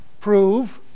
prove